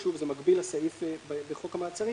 זה מקביל לסעיף בחוק המעצרים